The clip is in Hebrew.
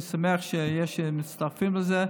אני שמח שיש מצטרפים לזה.